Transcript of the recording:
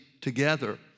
together